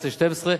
2011,